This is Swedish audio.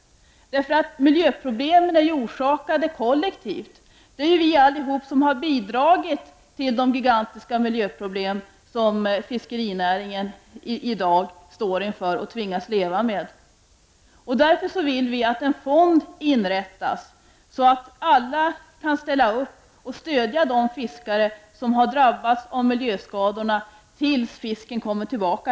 Miljöproblemen är ju orsakade kollektivt. Det är vi allihop som har bidragit till de gigantiska miljöproblem som fiskerinäringen i dag står inför och tvingas leva med. Därför vill vi att en fond inrättas så att alla kan ställa upp och stödja de fiskare som har drabbats av miljöskadorna, tills fisken kommer tillbaka.